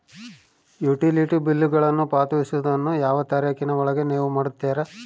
Utility ಬಿಲ್ಲುಗಳನ್ನು ಪಾವತಿಸುವದನ್ನು ಯಾವ ತಾರೇಖಿನ ಒಳಗೆ ನೇವು ಮಾಡುತ್ತೇರಾ?